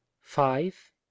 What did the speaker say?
Five